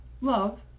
love